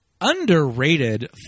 underrated